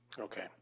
Okay